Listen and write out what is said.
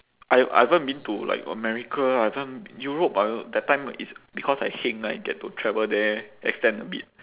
I I haven't been to like america I haven't europe I that time is because I heng I get to travel there extend a bit